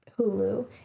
hulu